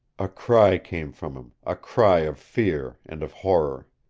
a cry came from him, a cry of fear and of horror,